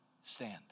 stand